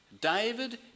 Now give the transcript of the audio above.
David